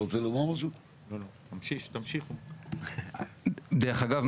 דרך אגב,